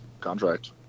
contract